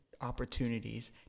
opportunities